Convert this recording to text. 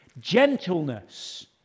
Gentleness